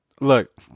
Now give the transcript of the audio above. look